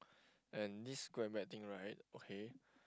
and this good and bad thing right okay